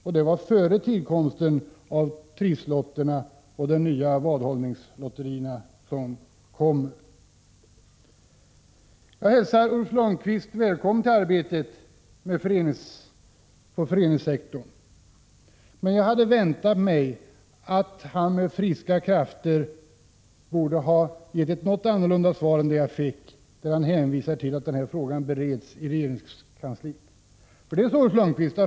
Och det var före tillkomsten av trisslotterierna och de nya vadhållningslotterierna. Jag hälsar Ulf Lönnqvist välkommen till arbetet på föreningssektorn. Men jag hade väntat mig att han, som kommer med friska krafter, skulle ha gett ett något annorlunda svar än en hänvisning till att frågan bereds i regeringskansliet.